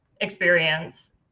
experience